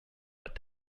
but